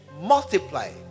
multiply